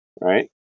Right